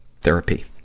therapy